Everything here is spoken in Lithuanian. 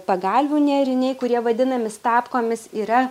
pagalvių nėriniai kurie vadinami stapkomis yra